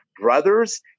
brothers